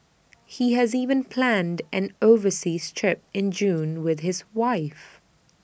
he has even planned an overseas trip in June with his wife